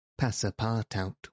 Passapartout